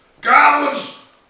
Goblins